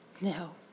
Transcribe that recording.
No